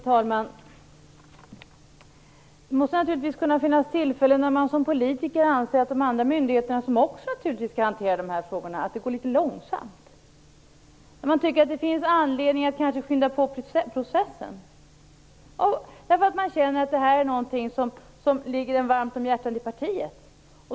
Herr talman! Det måste naturligtvis kunna finnas tillfällen när man som politiker anser att det när det gäller de andra myndigheterna, som självfallet också skall hantera dessa frågor, går litet långsamt och när man menar att det finns anledning att kanske skynda på processen. Man känner att det är en sak som ligger partiet varmt om hjärtat.